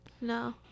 No